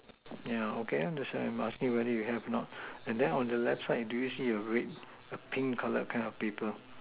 yeah okay and that's why I'm asking whether you have or not and then on the left side do you see a red a pink colored kind of paper